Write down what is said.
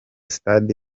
stade